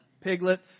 piglets